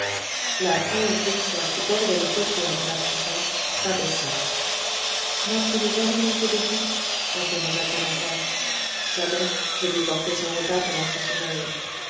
la frange de soie qui bordait les paupières de la comtesse s'abaissa n'a-t-il jamais manqué de rien interrogea t elle encore jamais je lui portais son repas pendant son sommeil